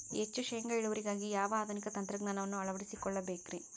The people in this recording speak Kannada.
ಹೆಚ್ಚು ಶೇಂಗಾ ಇಳುವರಿಗಾಗಿ ಯಾವ ಆಧುನಿಕ ತಂತ್ರಜ್ಞಾನವನ್ನ ಅಳವಡಿಸಿಕೊಳ್ಳಬೇಕರೇ?